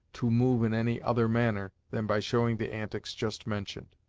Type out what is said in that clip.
to move in any other manner than by showing the antics just mentioned.